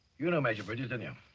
you knew. major bridge, didn't you?